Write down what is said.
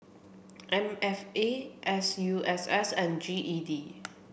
M F A S U S S and G E D